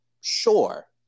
Sure